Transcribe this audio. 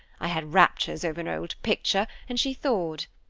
i had raptures over an old picture, and she thawed.